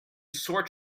sort